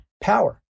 power